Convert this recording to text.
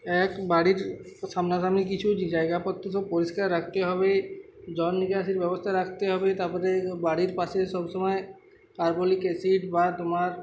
এক বাড়ির সামনা সামনি কিছু জায়গাাপত্র সব পরিষ্কার রাখতে হবে জলনিকাশির ব্যবস্থা রাখতে হবে তারপরে বাড়ির পাশে সব সময় কার্বলিক অ্যাসিড বা তোমার